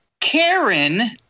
Karen